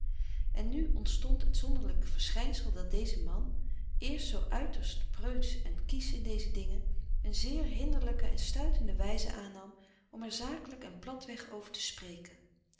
en nu ontstond het zonderling verschijnsel dat deze man eerst zoo uiterst preutsch en kiesch in deze dingen een zeer hinderlijke en stuitende wijze aannam om er zakelijk en platweg over te spreken